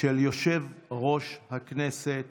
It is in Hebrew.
של יושב-ראש הכנסת